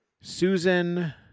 Susan